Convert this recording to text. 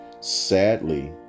Sadly